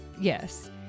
Yes